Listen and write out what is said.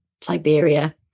Siberia